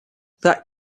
that